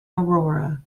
aurora